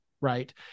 Right